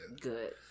Good